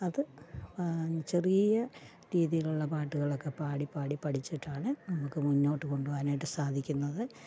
അത് ചെറിയ രീതിയിലുള്ള പാട്ടുകളൊക്ക പാടി പാടി പഠിച്ചിട്ടാണ് നമുക്ക് മുന്നോട്ട് കൊണ്ട് പോകാനായിട്ട് സാധിക്കുന്നത്